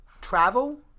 travel